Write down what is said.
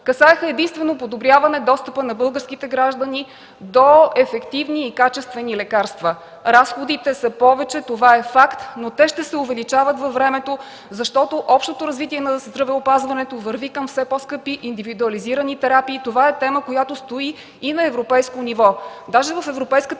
касаеше единствено подобряване достъпа на българските граждани до ефективни и качествени лекарства. Разходите са повече – това е факт, но те ще се увеличават във времето, защото общото развитие на здравеопазването върви към все по-скъпи индивидуализирани терапии. Това е тема, която стои и на европейско ниво.